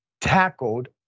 tackled